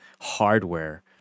hardware